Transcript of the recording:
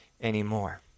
anymore